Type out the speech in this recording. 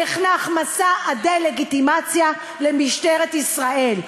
היום נחנך מסע הדה-לגיטימציה למשטרת ישראל.